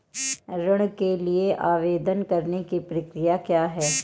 ऋण के लिए आवेदन करने की प्रक्रिया क्या है?